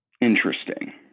Interesting